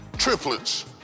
triplets